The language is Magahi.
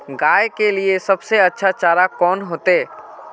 गाय के लिए सबसे अच्छा चारा कौन होते?